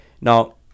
Now